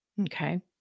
Okay